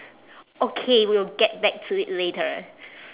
okay we'll get back to it later